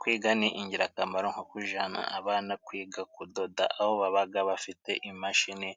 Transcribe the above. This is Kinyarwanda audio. Kwiga ni ingirakamaro， nko kujana abana kwiga kudoda aho babaga bafite imashini